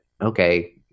okay